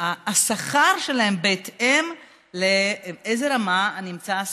את השכר שלהם בהתאם לרמה שבה נמצא המאמן.